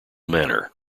manner